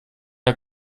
der